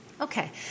Okay